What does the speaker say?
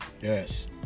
Yes